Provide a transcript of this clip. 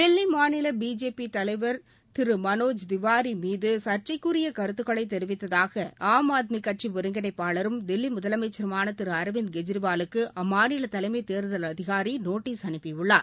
தில்லி மாநில பிஜேபி தலைவர் திரு மனோஜ் திவாரி மீது சர்ச்சைக்குரிய கருத்துக்களை தெரிவித்ததாக ஆம் ஆத்மி கட்சி ஒருங்கிணைப்பாளரும் தில்லி முதலமைச்சருமான திரு அரவிந்த் கெஜ்ரிவாலுக்கு அம்மாநில தலைமைத் தேர்தல் அதிகாரி நோட்டீஸ் அனுப்பியுள்ளார்